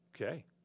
Okay